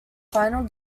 final